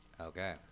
Okay